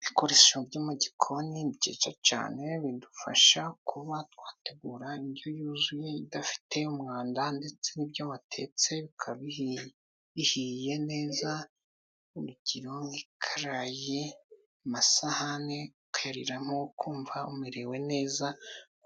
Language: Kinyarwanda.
Ibikoresho byo mu gikoni byinshi cyane, bidufasha kuba twategura indyo yuzuye idafite umwanda. Ndetse n'ibyo watetse bikaba bihiye neza urugero nk'ikarayi, amasahani ukayariramo ukumva umerewe neza,